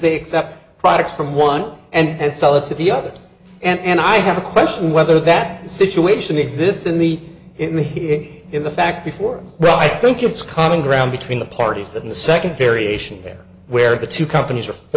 they accept products from one and sell it to the other and i have a question whether that situation exists in the me in the fact before well i think it's common ground between the parties that in the second variation there where the two companies are